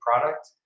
product